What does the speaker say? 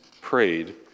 prayed